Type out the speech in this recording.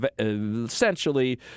essentially